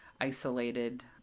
isolated